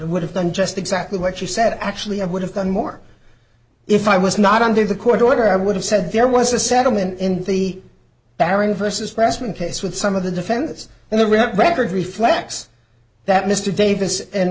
i would have done just exactly what she said actually i would have done more if i was not under the court order i would have said there was a settlement in the baron versus pressman case with some of the defendants and the record reflects that mr davis and